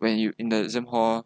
when you in the exam hall